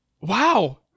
wow